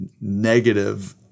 negative